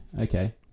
Okay